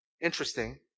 Interesting